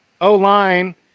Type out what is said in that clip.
O-line